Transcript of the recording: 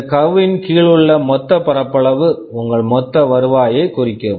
இந்த கர்வ்வின் curve கீழ் உள்ள மொத்த பரப்பளவு உங்கள் மொத்த வருவாயைக் குறிக்கும்